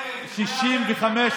מורי הדרך, שיחליפו מקצוע.